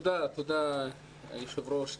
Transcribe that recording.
תודה היושב ראש.